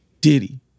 Diddy